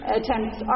attempts